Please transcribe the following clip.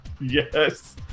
Yes